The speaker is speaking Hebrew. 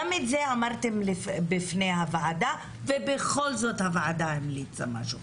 גם את זה אמרתם בפני הוועדה ובכל זאת הוועדה המליצה משהו.